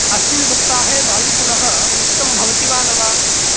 अस्मिन् सप्ताहे वायुगुणः उष्णं भवति वा न वा